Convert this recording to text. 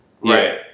Right